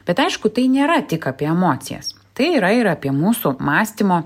bet aišku tai nėra tik apie emocijas tai yra ir apie mūsų mąstymo